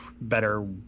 better